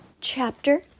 chapter